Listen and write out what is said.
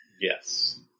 Yes